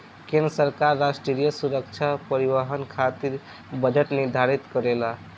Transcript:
केंद्र सरकार राष्ट्रीय सुरक्षा परिवहन खातिर बजट निर्धारित करेला